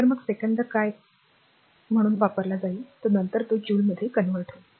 तर मग सेकंद काय येईल ते नंतर जूल असेल